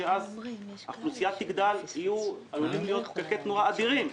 שאז האוכלוסייה תגדל ועלולים להיות פקקי תנועה אדירים.